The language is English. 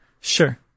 Sure